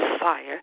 fire